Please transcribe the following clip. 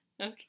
Okay